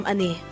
Ani